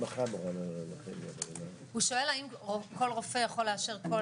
הוא שואל האם כל רופא יכול לאשר כל תרופה.